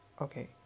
Okay